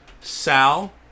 Sal